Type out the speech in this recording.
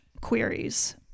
queries